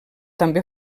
també